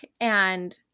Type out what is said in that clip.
and-